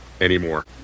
anymore